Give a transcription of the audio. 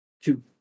Two